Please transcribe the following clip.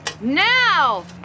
Now